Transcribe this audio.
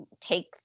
take